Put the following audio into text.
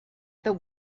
the